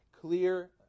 clear